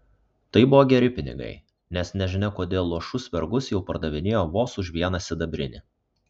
tai buvo geri pinigai nes nežinia kodėl luošus vergus jau pardavinėjo vos už vieną sidabrinį